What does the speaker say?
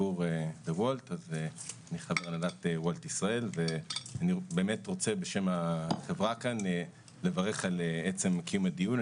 אני חבר הנהלת וולט ישראל ורוצה בשם החברה לברך על עצם קיום הדיון.